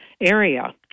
area